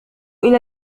إلى